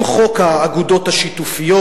עם חוק האגודות השיתופיות,